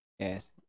Yes